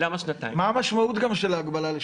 המשמעות של ההגבלה לשנתיים?